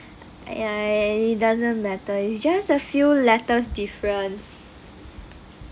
!aiya! it doesn't matter it's just a few letters difference